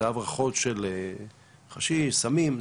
הברחות של חשיש, סמים.